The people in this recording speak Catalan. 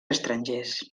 estrangers